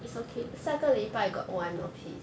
it's okay